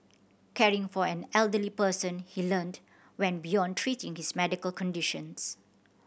caring for an elderly person he learnt went beyond treating his medical conditions